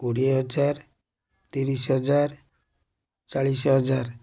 କୋଡ଼ିଏ ହଜାର ତିରିଶ ହଜାର ଚାଳିଶ ହଜାର